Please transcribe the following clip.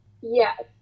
yes